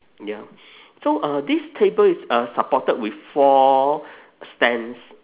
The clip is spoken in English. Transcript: ya so uh this table is uh supported with four stands